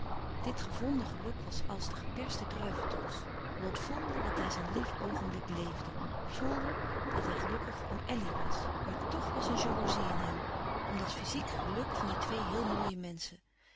dit gevonden geluk was als de geperste druiventros lot voelde dat hij zijn lief oogenblik leefde voelde dat hij gelukkig om elly was maar tch was een jaloezie in hem om dat fyziek geluk van die twee heel mooie menschen